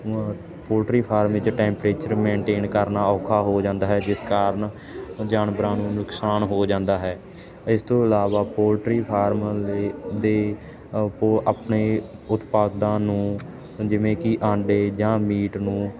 poultry farm ਵਿੱਚ temperature maintain ਕਰਨਾ ਔਖਾ ਹੋ ਜਾਂਦਾ ਹੈ ਜਿਸ ਕਾਰਨ ਜਾਨਵਰਾਂ ਨੂੰ ਨੁਕਸਾਨ ਹੋ ਜਾਂਦਾ ਹੈ ਇਸਤੋਂ ਇਲਾਵਾ ਪੋਲਟਰੀ ਫਾਰਮ ਲੇ ਦੇ ਆਪੋ ਆਪਣੇ ਉਤਪਾਦਾਂ ਨੂੰ ਜਿਵੇਂ ਕੀ ਆਂਡੇ ਜਾਂ ਮੀਟ ਨੂੰ